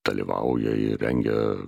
dalyvauja ir rengia